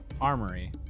armory